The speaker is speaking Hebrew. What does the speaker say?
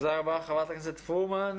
תודה רבה, חברת הכנסת פרומן.